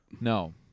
No